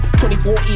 2014